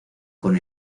con